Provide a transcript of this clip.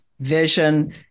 vision